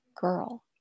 girl